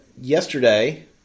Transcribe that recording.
yesterday